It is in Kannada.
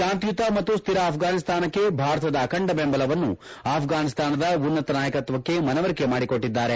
ಶಾಂತಿಯುತ ಮತ್ತು ಸ್ಥಿರ ಅಫ್ಟಾನಿಸ್ತಾನಕ್ಕೆ ಭಾರತದ ಅಖಂಡ ಬೆಂಬಲವನ್ನು ಅಫ್ಟಾನಿಸ್ತಾನದ ಉನ್ನತ ನಾಯಕತ್ವಕ್ಕೆ ಮನವರಿಕೆ ಮಾಡಿಕೊಟ್ಟಿದ್ದಾರೆ